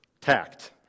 Tact